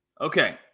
Okay